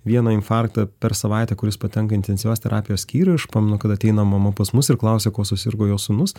vieną infarktą per savaitę kuris patenka į intensyvios terapijos skyrių aš pamenu kad ateina mama pas mus ir klausia kuo susirgo jo sūnus